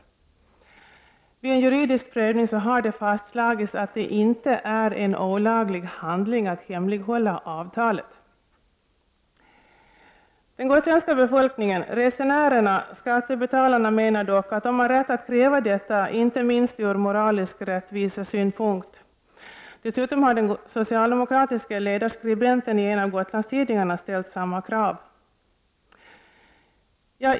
Vid en juridisk prövning har det fastslagits att det inte är en olaglig handling att hemlighålla avtalet. Den gotländska befolkningen, resenärerna och skattebetalarna menar dock att de har rätt att kräva detta, inte minst ur moralisk rättvisesynpunkt. Dessutom har den socialdemokratiske ledarskribenten i en av Gotlandstidningarna ställt samma krav.